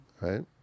right